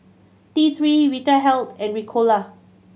T Three Vitahealth and Ricola